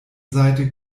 seite